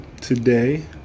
Today